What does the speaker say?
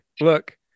Look